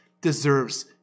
deserves